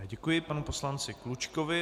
Děkuji panu poslanci Klučkovi.